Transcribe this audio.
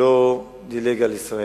שלא דילג על ישראל,